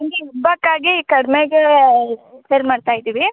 ಹಾಗೆ ಹಬ್ಬಕ್ಕಾಗಿ ಕಡಿಮೆಗೆ ಸೇಲ್ ಮಾಡ್ತಾ ಇದ್ದೀವಿ